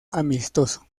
amistoso